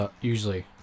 usually